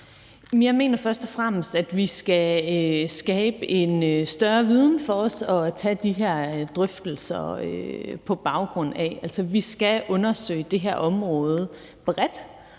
Jeg mener først og fremmest, at vi skal skabe en større viden i forhold til så at tage de drøftelser på baggrund af den. Vi skal undersøge det her område bredt